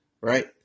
Right